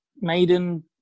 maiden